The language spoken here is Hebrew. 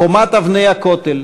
חומת אבני הכותל,